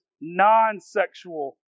non-sexual